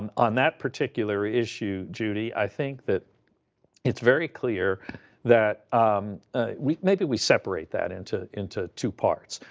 um on that particular issue, judy, i think that it's very clear that we maybe we separate that into into two parts.